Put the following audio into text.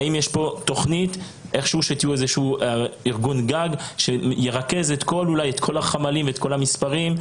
האם יש תוכנית שתהיו ארגון גג שירכז את כל החמ"לים ואת כל המספרים,